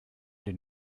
den